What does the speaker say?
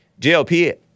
JLP